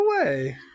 away